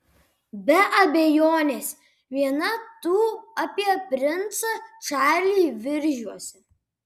be abejonės viena tų apie princą čarlį viržiuose